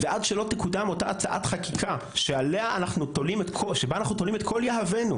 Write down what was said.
ועד שלא תקודם אותה הצעת חקיקה שבה אנחנו תולים את כל יהבנו,